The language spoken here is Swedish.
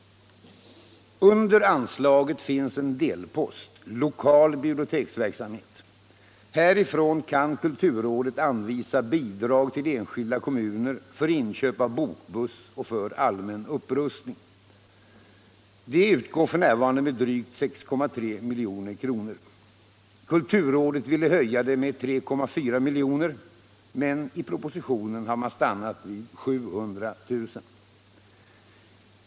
Under anslaget finns en delpost, Lokal biblioteksverksamhet. Härifrån kan kulturrådet anvisa bidrag till enskilda kommuner för inköp av bokbuss och för allmän upprustning. Denna post utgör f. n. drygt 6,3 milj.kr. Kulturrådet vill höja den med 3,4 miljoner, men i propositionen har man stannat vid 700 000 kr.